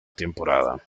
temporada